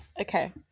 Okay